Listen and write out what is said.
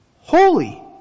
holy